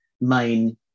main